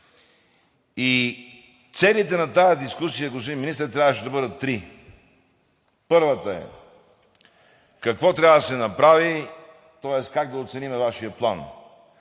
Целите на тази дискусия, господин Министър, трябваше да бъдат три: Първата е: какво трябва да се направи, тоест как да оценим Вашия план?